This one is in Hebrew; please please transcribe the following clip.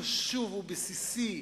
חשוב ובסיסי,